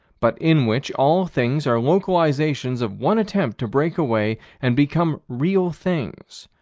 but in which all things are localizations of one attempt to break away and become real things,